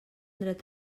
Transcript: dret